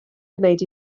gwneud